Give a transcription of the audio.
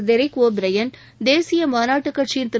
Derek O'Brien தேசியமாநாட்டுக் கட்சியின் திரு